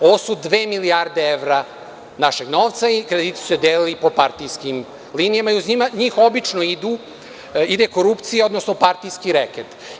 Ovo su dve milijarde evra našeg novca i krediti su se delili po partijskim linijama i uz njih obično ide korupcija, odnosno partijski reket.